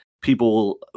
people